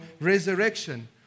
resurrection